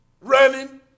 running